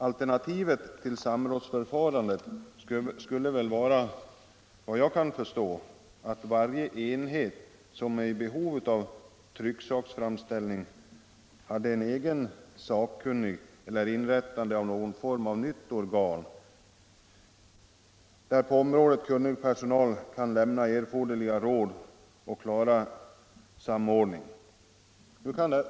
Alternativet till samrådsförfarande skulle väl vara — efter vad jag kan förstå — att varje enhet som är i behov av trycksaksframställning hade egna sakkunniga eller att det inrättades något nytt organ, där på området kunnig personal kunde lämna erforderliga råd och klara samordningen.